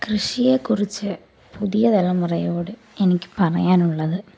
കൃഷിയെക്കുറിച്ച് പുതിയ തലമുറയോട് എനിക്ക് പറയാനുള്ളത്